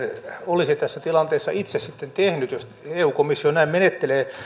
olisi tässä tilanteessa itse sitten tehnyt jos eu komissio näin menettelee